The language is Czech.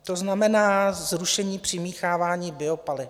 To znamená zrušení přimíchávání biopaliv.